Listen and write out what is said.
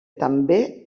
també